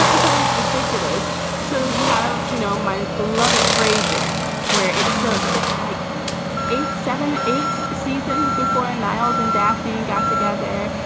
it was ridiculous so you have, you know, my beloved frasier where it's like eight, seven, eight seasons before niles and daphne and got together.